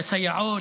לסייעות,